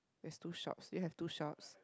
there's two shops do you have two shops